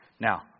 Now